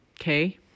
okay